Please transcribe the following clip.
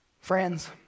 Friends